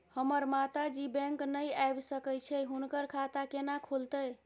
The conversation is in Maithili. हमर माता जी बैंक नय ऐब सकै छै हुनकर खाता केना खूलतै?